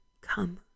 Come